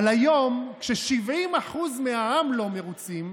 אבל היום, כש-70% מהעם לא מרוצים,